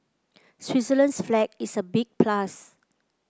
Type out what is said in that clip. Switzerland's flag is a big plus